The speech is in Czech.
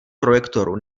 projektoru